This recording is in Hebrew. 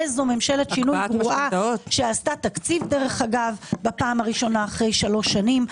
איזו ממשלת שינוי גרועה שעשתה תקציב אגב בראשונה אחרי שלוש שנים.